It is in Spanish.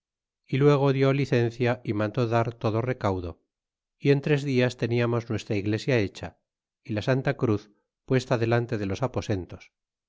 y luego dió licencia y mandó dar todo recaudo é en tres dias teniamos nuestra iglesia hecha y la santa cruz puesta delante de los aposentos